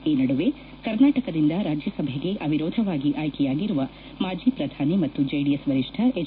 ಈ ನಡುವೆ ಕರ್ನಾಟಕದಿಂದ ರಾಜ್ಯಸಭೆಗೆ ಅವಿರೋಧವಾಗಿ ಆಯ್ಲೆಯಾಗಿರುವ ಮಾಜಿ ಪ್ರಧಾನಿ ಮತ್ತು ಜೆಡಿಎಸ್ ವರಿಷ್ಷ ಎಚ್